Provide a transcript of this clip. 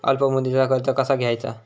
अल्प मुदतीचा कर्ज कसा घ्यायचा?